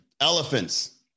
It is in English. Elephants